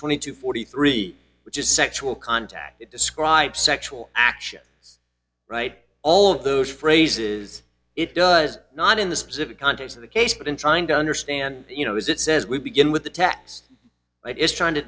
twenty two forty three which is sexual contact it describes sexual action right all those phrases it does not in the specific context of the case but in trying to understand you know as it says we begin with the tax it is trying to